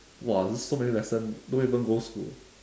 !wah! so many lessons don't even go school